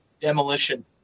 Demolition